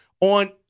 on